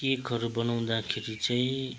केकहरू बनाउँदाखेरि चाहिँ